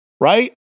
right